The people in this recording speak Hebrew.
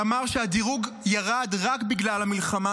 שאמר שהדירוג ירד רק בגלל המלחמה,